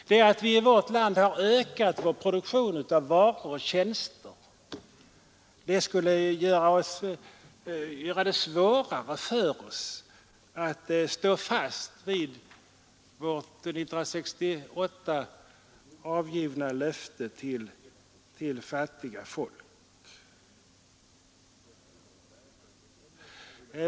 Detta att vi i vårt land har ökat vår produktion av varor och tjänster skulle göra det svårare för oss att stå fast vid vårt år 1968 avgivna löfte till fattiga folk.